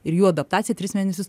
ir jų adaptacija tris mėnesius